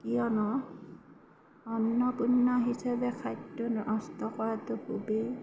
কিয়নো অন্নপূৰ্ণা হিচাপে খাদ্য় নষ্ট কৰাটো খুবেই